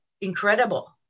incredible